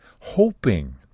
hoping